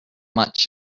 much